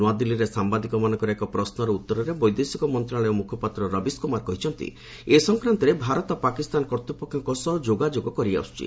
ନୂଆଦିଲ୍ଲୀରେ ସାମ୍ବାଦିକମାନଙ୍କର ଏକ ପ୍ରଶ୍ୱର ଉତ୍ତରରେ ବୈଦେଶିକ ମନ୍ତ୍ରଣାଳୟ ମୁଖପାତ୍ର ରବିଶ କୁମାର କହିଛନ୍ତି ଏ ସଂକ୍ରାନ୍ତରେ ଭାରତ ପାକିସ୍ତାନ କର୍ତ୍ତ୍ୱପକ୍ଷଙ୍କ ସହ ଯୋଗାଯୋଗ କରିଆସୁଛି